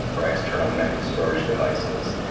or external memory storage devices?